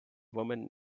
woman